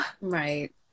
Right